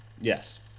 Yes